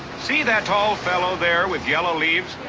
see that tall fellow there with yellow leaves?